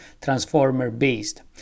transformer-based